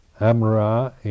Amra